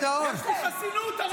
אתם עבריינים.